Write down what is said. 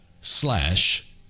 slash